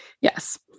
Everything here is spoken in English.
yes